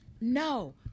no